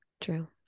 true